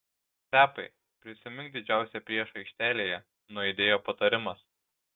stepai prisimink didžiausią priešą aikštelėje nuaidėjo patarimas